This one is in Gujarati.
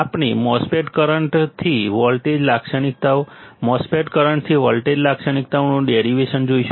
આપણે MOSFET કરંટથી વોલ્ટેજ લાક્ષણિકતાઓ MOSFET કરંટથી વોલ્ટેજ લાક્ષણિકતાઓનું ડેરિવેશન જોઈશું